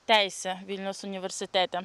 teisę vilniaus universitete